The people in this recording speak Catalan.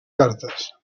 cartes